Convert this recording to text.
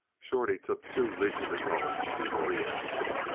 shorty took two leisurely gulps before he answered